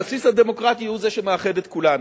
הבסיס הדמוקרטי הוא שמאחד את כולנו,